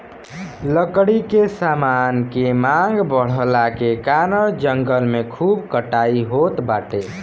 लकड़ी के समान के मांग बढ़ला के कारण जंगल के खूब कटाई होत बाटे